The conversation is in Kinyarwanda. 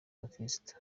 abakirisitu